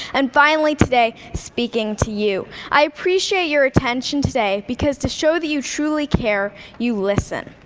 and finally, today, speaking to you. i appreciate your attention today, because to show that you truly care, you listen.